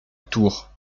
tour